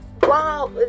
Wow